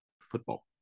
football